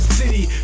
city